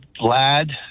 lad